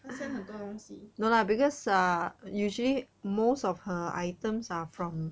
她 send 很多东西